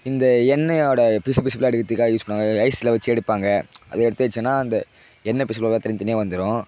இந்த எண்ணெயோடய பிசுபிசுப்புலாம் எடுக்கிறதுக்காக யூஸ் பண்ணுவாங்க ஐஸ்ஸில் வச்சு எடுப்பாங்க அது எடுத்து வச்சுங்கனா அந்த எண்ணெய் பிசுப்புலாம் தனி தனியாக வந்துடும்